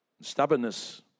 Stubbornness